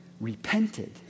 repented